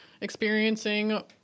experiencing